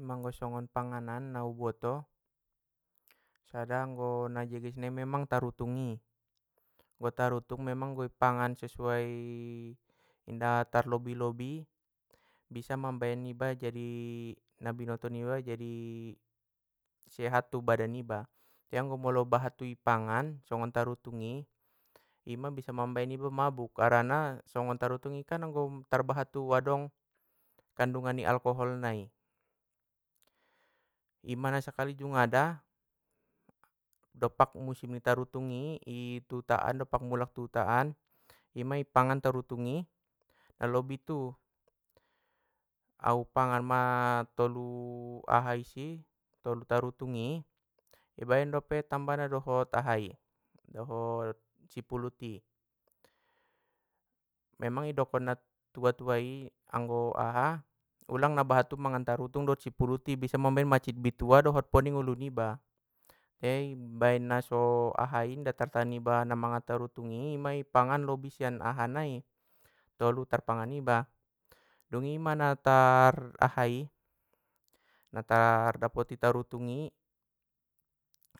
Memang anggo songon panganan nau boto, sada anggo na jeges nai memang tarutungi, anggo tarutung memang i pangan sesuai inda tarlobi lobi bisa mambaen iba na binoto niba jadi sehat tu badan niba, te anggo molo bahat tu pangan songon tarutung i ima bisa mambaen iba mabuk harana songon tarutung i kan anggo tarbahat tu adong? Kandungan ni alkohol nai, ima nasakali jungada, dompak musing tarutung i tu huta an dompak mulak tu huta an, ima i pangan tarutung i malobi tu au pangan ma tolu aha isi! Tolu tarutung i ibaen dope tambana dot ahai isi dohot sipuluti. Memang idokon na tua tua i anggo aha, ulang ma bahat tu mangan tarutung dot sipulut i bisa mambaen mancit bitua dohot poning ulu niba! Te ambaen naso ahai nga tartahan iba na mangan tarutungi i pangan lobi sian aha nai! Tolu tarpangan iba, dungi ima na tar aha i, na tar dapoti tarutung i,